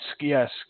yes